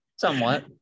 Somewhat